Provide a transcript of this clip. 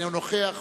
אינו נוכח,